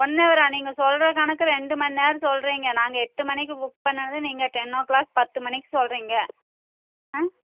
one அவரா நீங்கள் சொல்கிற கணக்கு ரெண்டு மணி நேரம் சொல்கிறீங்க நாங்கள் எட்டு மணிக்கு புக் பண்ணிணது நீங்கள் டென் ஓ க்ளாக் பத்து மணிக்கு சொல்கிறீங்க ஆ